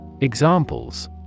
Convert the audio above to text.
Examples